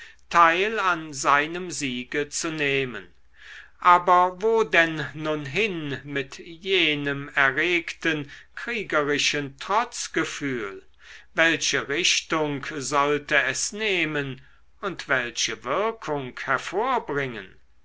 teil an seinem siege zu nehmen aber wo denn nun hin mit jenem erregten kriegerischen trotzgefühl welche richtung sollte es nehmen und welche wirkung hervorbringen